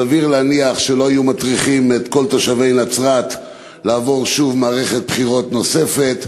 סביר להניח שלא היו מטריחים את כל תושבי נצרת לעבור מערכת בחירות נוספת.